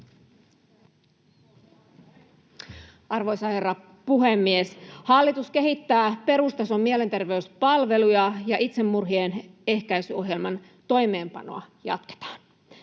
Arvoisa herra puhemies! Hallitus kehittää perustason mielenterveyspalveluita, ja itsemurhien ehkäisyohjelman toimeenpanoa jatketaan.